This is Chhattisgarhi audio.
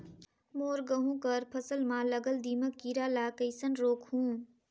मोर गहूं कर फसल म लगल दीमक कीरा ला कइसन रोकहू?